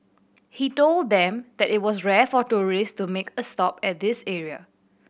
he told them that it was rare for tourist to make a stop at this area